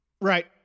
Right